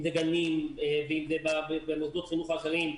אם אלה גנים ואם זה במוסדות חינוך אחרים,